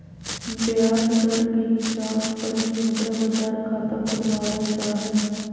ब्याज दर के हिसाब पर ही मुद्रा बाजार खाता खुलवावल जा हय